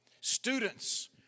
Students